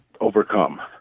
overcome